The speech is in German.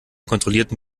kontrollierten